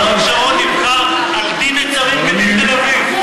כששרון נבחר: דין נצרים כדין תל-אביב.